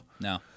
No